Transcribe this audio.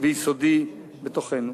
ויסודי בתוכנו.